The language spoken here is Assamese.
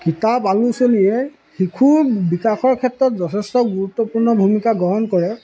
কিতাপ আলোচনীয়ে শিশুৰ বিকাশৰ ক্ষেত্ৰত যথেষ্ট গুৰুত্বপূৰ্ণ ভূমিকা গ্ৰহণ কৰে